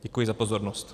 Děkuji za pozornost.